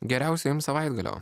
geriausio jums savaitgalio